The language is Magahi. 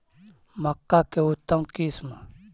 मक्का के उतम किस्म?